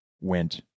went